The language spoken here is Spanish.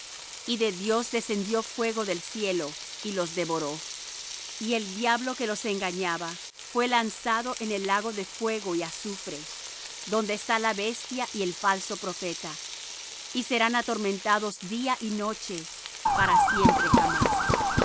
y de dios descendió fuego del cielo y los devoró y el diablo que los engañaba fué lanzado en el lago de fuego y azufre donde está la bestia y el falso profeta y serán atormentados día y noche para siempre jamás